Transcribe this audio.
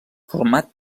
format